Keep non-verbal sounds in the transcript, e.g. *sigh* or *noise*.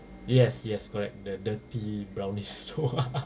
yes yes correct the dirty brownish *laughs*